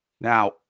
Now